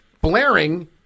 blaring